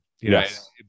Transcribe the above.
Yes